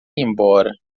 embora